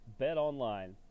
BetOnline